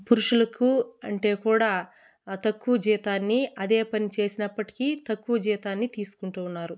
పురుషులకు అంటే కూడా తక్కువ జీతాన్ని అదే పని చేసినప్పటికీ తక్కువ జీతాన్ని తీసుకుంటూ ఉన్నారు